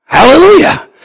Hallelujah